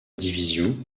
division